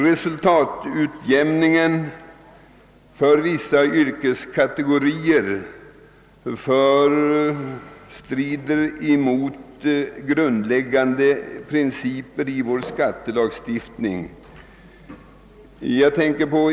Resultatutjämning för vissa yrkeskategorier skulle strida mot grundläggande principer i skattelagstiftningen.